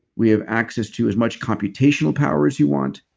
we have access to as much computational power as you want.